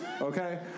Okay